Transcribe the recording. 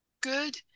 good